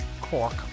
Cork